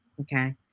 Okay